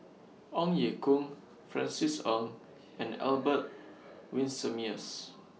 Ong Ye Kung Francis Ng and Albert Winsemius